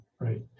right